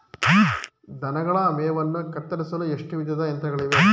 ದನಗಳ ಮೇವನ್ನು ಕತ್ತರಿಸಲು ಎಷ್ಟು ವಿಧದ ಯಂತ್ರಗಳಿವೆ?